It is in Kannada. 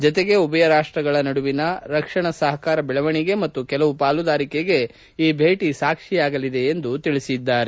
ಜತೆಗೆ ಎರಡೂ ರಾಷ್ಟಗಳ ನಡುವಿನ ರಕ್ಷಣಾ ಸಹಕಾರ ಬೆಳವಣಿಗೆ ಮತ್ತು ಕೆಲವು ಪಾಲುದಾರಿಕೆಗೆ ಈ ಭೇಟಿ ಸಾಕ್ಷಿಯಾಗಲಿದೆ ಎಂದಿದ್ದಾರೆ